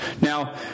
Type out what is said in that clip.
Now